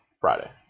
Friday